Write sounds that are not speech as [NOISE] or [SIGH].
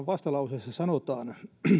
[UNINTELLIGIBLE] vastalauseessa sanotaan